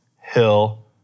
hill